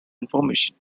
information